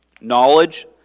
Knowledge